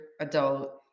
adult